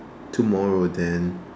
tomorrow then